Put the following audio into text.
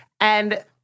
And-